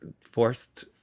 forced